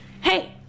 hey